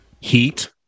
Heat